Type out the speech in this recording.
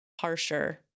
harsher